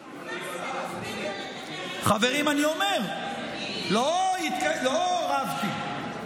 חברים, אני אומר, לא רבתי.